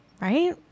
Right